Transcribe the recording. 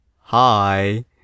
hi